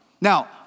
Now